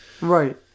right